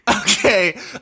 Okay